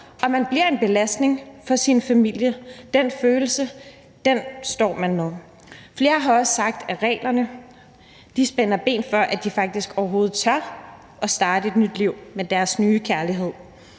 at man bliver en belastning for sin familie. Flere har også sagt, at reglerne spænder ben for, om de faktisk overhovedet tør at starte et nyt liv med deres nye kærlighed,